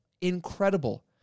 incredible